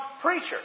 preacher